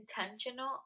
intentional